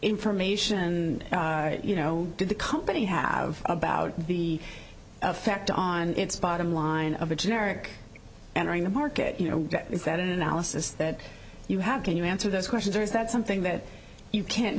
information you know did the company have about the effect on its bottom line of a generic entering a market you know is that an analysis that you have can you answer those questions or is that something that you can't